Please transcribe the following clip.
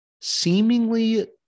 seemingly